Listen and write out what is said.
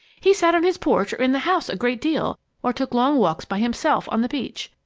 he sat on his porch or in the house a great deal, or took long walks by himself on the beach.